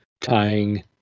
tying